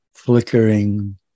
flickering